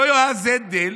אותו יועז הנדל